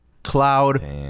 Cloud